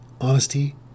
honesty